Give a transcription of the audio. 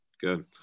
Good